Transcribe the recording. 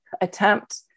attempt